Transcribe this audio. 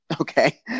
Okay